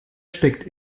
steckt